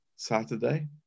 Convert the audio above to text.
Saturday